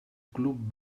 club